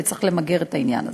וצריך למגר את העניין הזה.